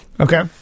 Okay